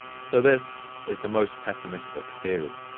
so this is the most pessimistic theory.